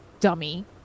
dummy